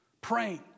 praying